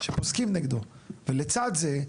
שפוסקים נגדו ולצד זה,